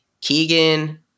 Keegan